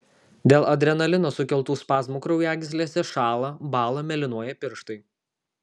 dėl adrenalino sukeltų spazmų kraujagyslėse šąla bąla mėlynuoja pirštai